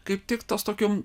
kaip tik tas tokiom